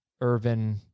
Irvin